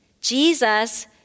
Jesus